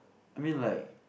I mean like